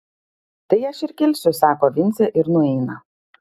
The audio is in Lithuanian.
tai aš ir kilsiu sako vincė ir nueina